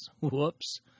Whoops